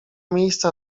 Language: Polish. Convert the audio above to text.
miejsca